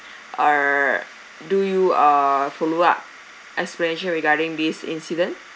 err do you a follow up especially regarding this incident